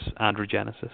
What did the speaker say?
androgenesis